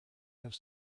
have